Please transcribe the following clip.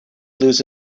lose